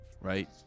right